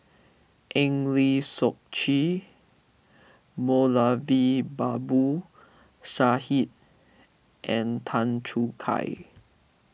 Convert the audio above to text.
Eng Lee Seok Chee Moulavi Babu Sahib and Tan Choo Kai